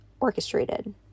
orchestrated